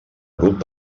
grup